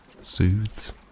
soothes